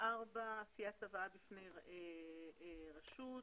צוואה בפני רשות.